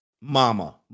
Mama